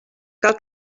cal